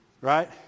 Right